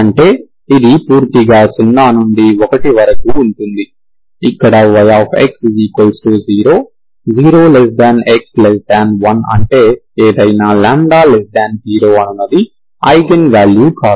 అంటే ఇది పూర్తిగా 0 నుండి 1 వరకు ఉంటుంది ఇక్కడ yx0 0x1 అంటే ఏదైనా λ0 అనునది ఐగెన్ వాల్యూ కాదు